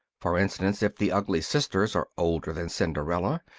for instance, if the ugly sisters are older than cinderella,